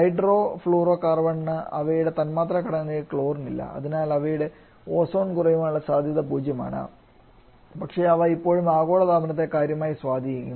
ഹൈഡ്രോഫ്ലൂറോകാർബണിന് അവയുടെ തന്മാത്രാ ഘടനയിൽ ക്ലോറിൻ ഇല്ല അതിനാൽ അവയുടെ ഓസോൺ കുറയാനുള്ള സാധ്യത പൂജ്യമാണ് പക്ഷേ അവ ഇപ്പോഴും ആഗോളതാപനത്തെ കാര്യമായി സ്വാധീനിക്കുന്നു